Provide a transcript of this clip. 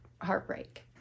heartbreak